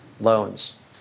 loans